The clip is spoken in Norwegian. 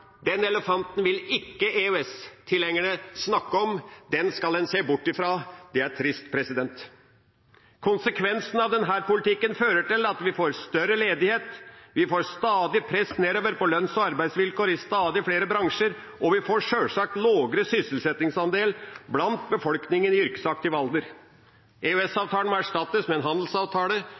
Den elefanten vil ikke EØS-tilhengerne snakke om. Den skal man se bort fra. Det er trist. Konsekvensen av denne politikken fører til at vi får høyere ledighet, stadig press nedover på lønns- og arbeidsvilkår i stadig flere bransjer. Og vi får sjølsagt lavere sysselsettingsandel blant befolkningen i yrkesaktiv alder. EØS-avtalen må erstattes med en handelsavtale,